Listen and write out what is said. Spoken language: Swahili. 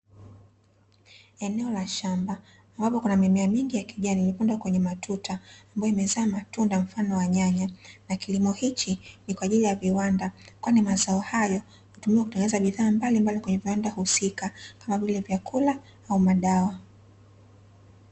Eneo la shamba ambapo kuna mimea mingi ya kijani imepandwa kwenye matuta ambayo imezaa matunda mfano wa nyanya, na kilimo hichi ni kwaajili ya viwanda kwani mazao hayo hutumiwa kutengeneza bidhaa mbalimbali kwenye viwanda husika kama vile; vyakula au madawa.